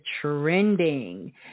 trending